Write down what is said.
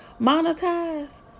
monetize